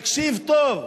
תקשיב טוב.